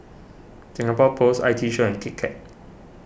Singapore Post I T Show and Kit Kat